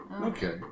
Okay